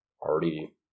already